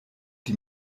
die